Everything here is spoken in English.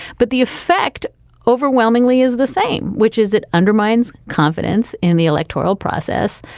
but the effect overwhelmingly is the same, which is it undermines confidence in the electoral process.